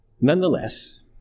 Nonetheless